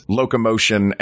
locomotion